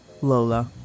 Lola